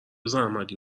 زحمتی